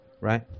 Right